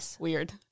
Weird